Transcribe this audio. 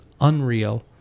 unreal